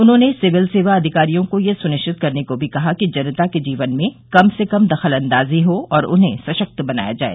उन्होंने सिविल सेवा अधिकारियों को यह सुनिश्चित करने को भी कहा कि जनता के जीवन में कम से कम दखल अंदाजी हो और उन्हें सशक्त बनाया जाए